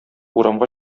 урамга